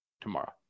tomorrow